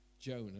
Jonah